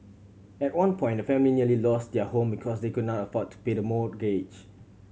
at one point the family nearly lost their home because they could not afford to pay the mortgage